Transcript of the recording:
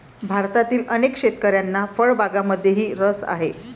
भारतातील अनेक शेतकऱ्यांना फळबागांमध्येही रस आहे